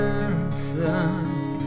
answers